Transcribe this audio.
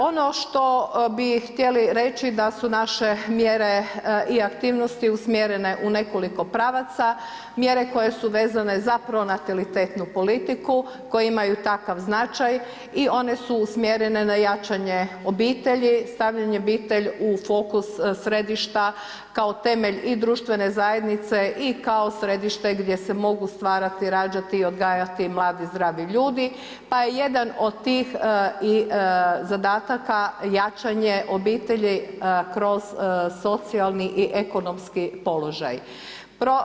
Ono što bi htjeli reći da su naše mjere i aktivnosti usmjerene u nekoliko pravaca, mjere koje su vezane za pronatalitetnu politiku, koje imaju takav značaj i one su usmjerene na jačanje obitelji, stavljena je obitelj u fokus središta kao temelj i društvene zajednice i kao središte gdje se mogu stvarati, rađati, odgajati mladi, zdravi ljudi, pa je jedan od tih zadataka jačanje obitelji kroz socijalni i ekonomski položaj.